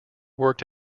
worked